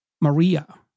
Maria